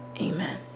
Amen